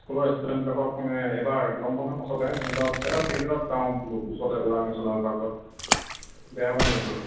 স্কুলৰ ষ্টুডেণ্টবিলাকৰ পোনে এইবাৰ গৰম বন্ধৰ পাছতে সিহঁতক এটা ট্ৰিপ এটাত যাওঁ বোলো ওচৰতে ওৰাং নেশ্যনেল পাৰ্কত বেয়া হ'ব নেকি কথাটো